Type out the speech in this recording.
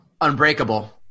Unbreakable